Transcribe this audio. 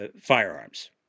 firearms